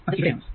അത് ഇവിടെ ആണ്